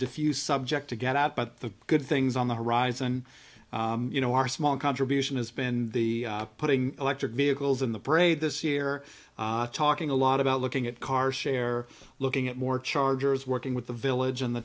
diffuse subject to get out but the good things on the horizon you know our small contribution has been putting electric vehicles in the parade this year talking a lot about looking at car share looking at more chargers working with the village in the